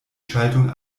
schaltung